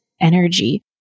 energy